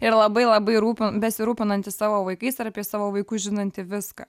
ir labai labai rūpi besirūpinanti savo vaikais ir apie savo vaikus žinanti viską